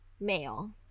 Male